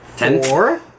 Four